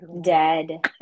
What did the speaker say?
dead